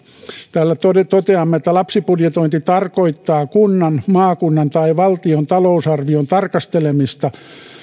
täällä toteamme että lapsibudjetointi tarkoittaa kunnan maakunnan tai valtion talousarvion tarkastelemista